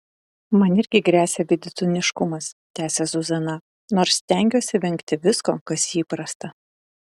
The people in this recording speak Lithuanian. man irgi gresia vidutiniškumas tęsia zuzana nors stengiuosi vengti visko kas įprasta